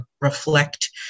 reflect